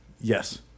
yes